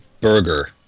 burger